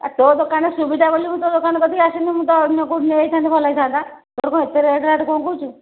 ଆଉ ତୋ ଦୋକାନ ସୁବିଧା ବୋଲି ମୁଁ ତୋ ଦୋକାନ ପାଖକୁ ଆସିଲି ମୁଁ ତ ଅନ୍ୟ କୋଉଠୁ ନେଇଯାଇଥାନ୍ତି ଭଲ ହୋଇଥାନ୍ତା ତୋର ଏତେ ରେଟ୍ ରାଟ୍ କ'ଣ କହୁଛୁ